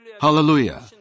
Hallelujah